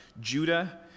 Judah